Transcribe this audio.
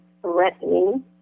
threatening